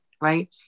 right